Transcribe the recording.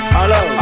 Hello